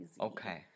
Okay